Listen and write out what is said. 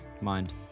mind